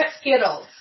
Skittles